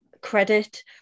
credit